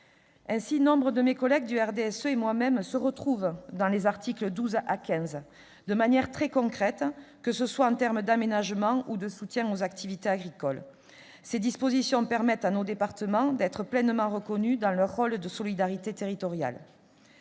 Ainsi nombre de mes collègues du RDSE et moi-même nous retrouvons-nous dans les articles 12 à 15, de manière très concrète, que ce soit en matière d'aménagement ou de soutien aux activités agricoles. Ces dispositions permettent à nos départements d'être pleinement reconnus dans leur rôle de solidarité territoriale.